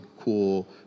cool